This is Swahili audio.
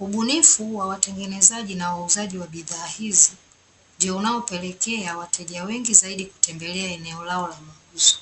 Ubunifu wa watengenezaji na wauzaji na bidhaa hizi, ndio unaopelekea wateja wengi zaidi kutembelea eneo lao la mauzo.